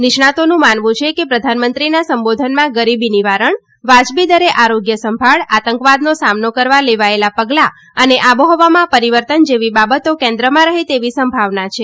નિષ્ણાતોનું માનવું છે કે પ્રધાનમંત્રીના સંબોધનમાં ગરીબી નિવારણ વાજબી દરે આરોગ્ય સંભાળ આતંકવાદનો સામનો કરવા લેવાયેલા પગલાં અને આબોહવામાં પરિવર્તન જેવી બાબતો કેન્દ્રમાં રહે તેવી સંભાવના છે